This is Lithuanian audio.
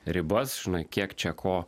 ribas žinai kiek čia ko